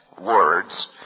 words